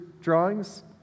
drawings